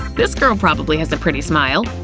this girl probably has a pretty smile.